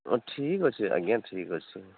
ଠିକ୍ ଅଛି ଆଜ୍ଞା ଠିକ୍ ଅଛି ଆଜ୍ଞା